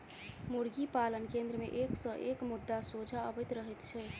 मुर्गी पालन केन्द्र मे एक सॅ एक मुद्दा सोझा अबैत रहैत छै